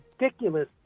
ridiculous